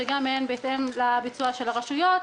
שגם הן תלויות בביצוע של הרשויות.